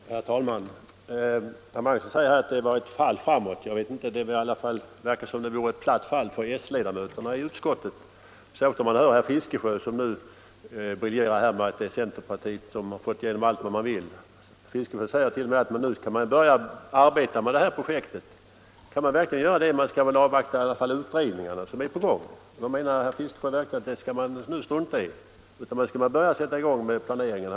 Nr 29 Herr talman! Herr Magnusson i Kristinehamn säger att utskottsbe Onsdagen den tänkandet var ett fall framåt. Jag vet inte det. Det verkar som om det — 26 november 1975 vore ett platt fall för s-ledamöterna i utskottet, särskilt när man hör herr Fiskesjö som briljerar med att centerpartiet fått igenom allt det ville. Öresundsförbin Herr Fiskesjö säger t.o.m. att man nu skall börja arbeta med det här = delserna projektet. Kan man verkligen göra det? Man skall väl i alla fall avvakta de utredningar som är på gång. Menar herr Fiskesjö verkligen att man skall strunta i dem och bara sätta i gång planeringen?